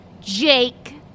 Jake